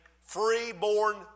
free-born